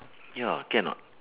ya can or not